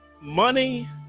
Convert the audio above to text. money